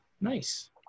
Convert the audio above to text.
Nice